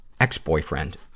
ex-boyfriend